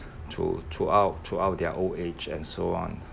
through throughout throughout their old age and so on